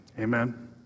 Amen